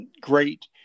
great